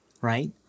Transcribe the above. right